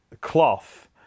cloth